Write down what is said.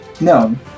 No